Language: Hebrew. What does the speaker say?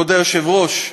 כבוד היושב-ראש,